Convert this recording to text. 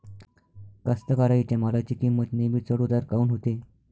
कास्तकाराइच्या मालाची किंमत नेहमी चढ उतार काऊन होते?